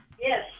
Yes